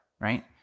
right